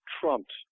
trumped